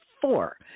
four